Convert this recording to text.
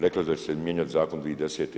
Rekli su da će se mijenjati zakon 2010.